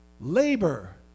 labor